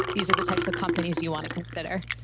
these are the types of companies you want to consider,